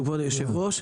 כבוד היושב-ראש,